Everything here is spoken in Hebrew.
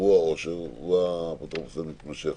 והוא האפוטרופוס המתמשך,